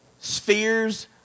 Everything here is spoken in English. spheres